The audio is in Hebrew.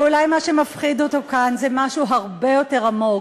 ואולי מה שמפחיד אותו כאן זה משהו הרבה יותר עמוק,